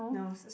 no it's the same